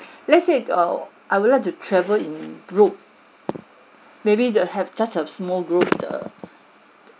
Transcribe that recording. let's say err I would like to travel in group maybe there have just a small group err